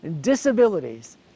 disabilities